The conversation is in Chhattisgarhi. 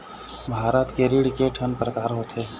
भारत के ऋण के ठन प्रकार होथे?